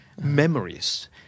memories